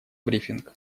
брифинг